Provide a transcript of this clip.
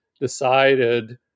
decided